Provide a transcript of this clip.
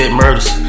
murders